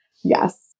Yes